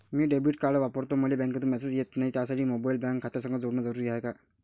मी debit card वापरतो मले बँकेतून मॅसेज येत नाही, त्यासाठी मोबाईल बँक खात्यासंग जोडनं जरुरी हाय का?